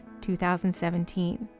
2017